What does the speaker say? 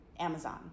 Amazon